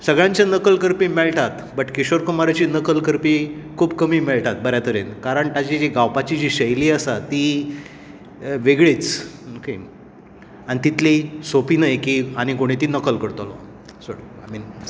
सगळ्यांचे नकल करपी मेळटात बट किशोर कुमाराची नकल करपी खूब कमी मेळटा बऱ्या तरेन कारण जा गावपाची जी शैली आसा ती वेगळींच ओके आनी तितलीं सोंपी न्हय की आनी कोणी ती नकल करतलो सोड